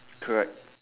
correct